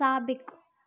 साबिक़ु